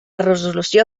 resolució